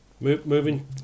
Moving